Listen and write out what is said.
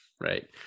right